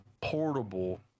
portable